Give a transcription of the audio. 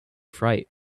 fright